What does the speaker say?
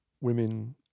women